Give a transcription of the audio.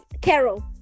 Carol